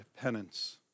penance